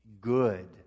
good